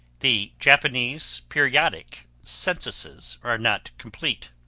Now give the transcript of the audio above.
the japanese periodic censuses are not complete.